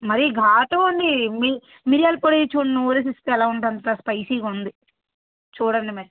మరీ ఘాటు ఉంది మి మిరియాల పొడి చూడండి నూరేసి ఇస్తే ఎలా ఉంటుంది అంత స్పైసీగా ఉంది చూడండి మరి